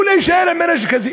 או להישאר עם הנשק הזה?